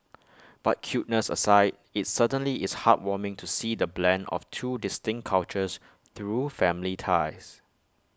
but cuteness aside IT certainly is heartwarming to see the blend of two distinct cultures through family ties